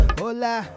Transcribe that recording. Hola